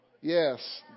Yes